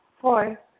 Four